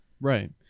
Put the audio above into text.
right